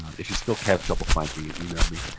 if you still have trouble finding it, email me.